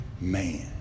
man